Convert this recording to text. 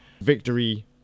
Victory